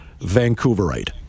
Vancouverite